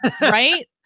Right